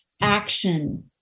action